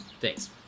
Thanks